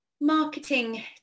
marketing